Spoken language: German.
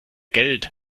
geld